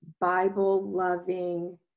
Bible-loving